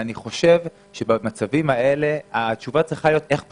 ואני חושב שבמצבים האלה התשובה צריכה להיות איך פותרים,